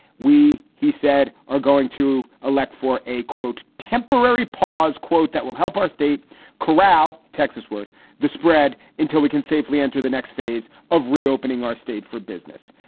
we, he said, are going to elect for a quote, temporary pause quote that will help our state carol. texas, where the spread until we can safely enter the next phase of reopening our state for business.